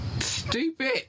stupid